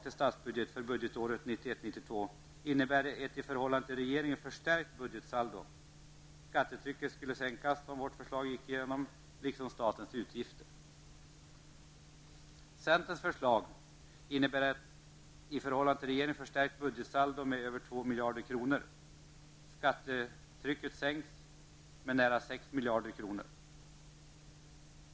1991 92 innebär ett i förhållande till regeringens budget förstärkt budgetsaldo med över 2 miljarder kronor. Skattetrycket sänks med nära 6 miljarder kronor.